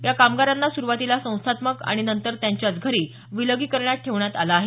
या कामगारांना सुरुवातीला संस्थात्मक आणि नंतर त्यांच्याच घरी विलगीकरणात ठेवण्यात आलं आहे